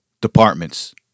departments